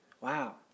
Wow